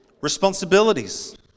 responsibilities